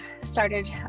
started